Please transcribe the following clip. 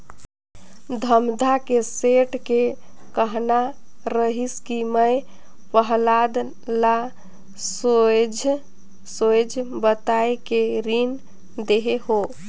धमधा के सेठ के कहना रहिस कि मैं पहलाद ल सोएझ सोएझ बताये के रीन देहे हो